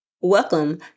Welcome